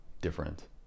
different